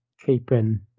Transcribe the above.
keeping